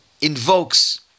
invokes